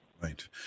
Right